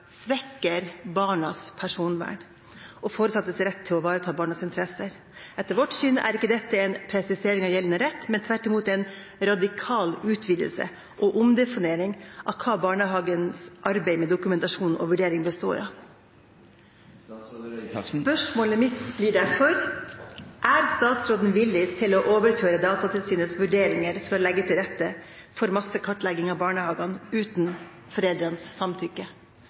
svekker barnas personvern og foresattes rett til å ivareta barnas interesser.» Videre: «Etter vårt syn er ikke dette en presisering av gjeldende rett, men tvert i mot en radikal utvidelse og omdefinering av hva barnehagenes arbeid med dokumentasjon og vurdering består av.» Spørsmålet mitt blir derfor: Er statsråden villig til å overkjøre Datatilsynets vurderinger for å legge til rette for massekartlegging av barnehagene uten foreldrenes samtykke?